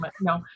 No